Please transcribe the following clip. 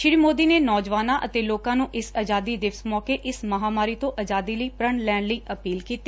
ਸ਼੍ਰੀ ਮੋਦੀ ਨੇ ਨੌਜਵਾਨਾਂ ਅਤੇ ਲੋਕਾਂ ਨੂੰ ਇਸ ਅਜਾਦੀ ਦਿਵਸ ਮੌਕੇ ਇਸ ਮਹਾਮਾਰੀ ਤੋਂ ਅਜਾਦੀ ਲਈ ਪ੍ਰਣ ਲੈਣ ਲਈ ਅਪੀਲ ਕੀਤੀ